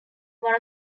one